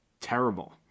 terrible